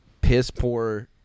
piss-poor –